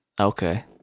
okay